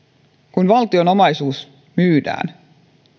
kun kerran valtion omaisuus myydään